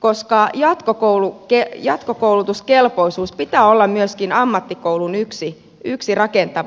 koska jatkokoulutuskelpoisuuden pitää olla myöskin ammattikoulun yksi rakentava elementti